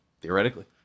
Theoretically